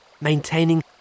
maintaining